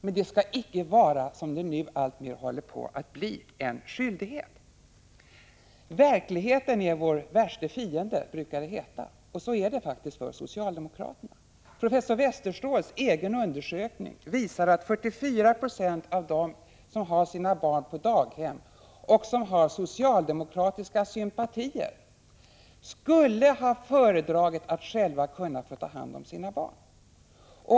Men det skall icke, som det nu alltmer håller på att bli, vara en skyldighet. Verkligheten är vår värsta fiende, brukar det heta bland socialdemokrater, och så är det faktiskt också. Professor Westerståhls egen undersökning visar att 44 96 av dem som har sina barn på daghem och som har socialdemokratiska sympatier skulle ha föredragit att själva kunna få ta hand om sina barn.